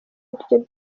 ariryo